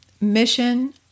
mission